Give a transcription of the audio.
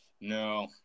no